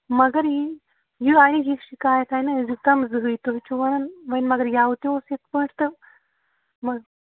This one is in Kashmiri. مگر یہِ یہِ آیہِ نہ یہِ شِکایت آیہِ نہٕ أزکۍ تام زٕہٕے تُہۍ چھِو وَنان وۄنۍ مگر یَوٕ تہِ اوس یِتھ پٲٹھۍ تہٕ